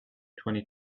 twenty